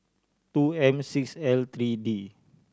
two M six L three D